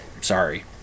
Sorry